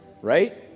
Right